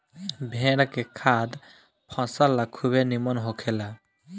भेड़ के खाद फसल ला खुबे निमन होखेला